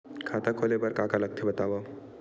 खाता खोले बार का का लगथे बतावव?